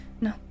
no